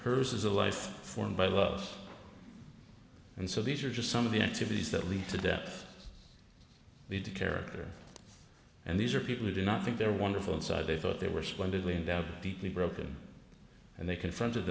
love and so these are just some of the activities that lead to death lead to character and these are people who do not think they're wonderful inside they thought they were splendidly in doubt deeply broken and they confronted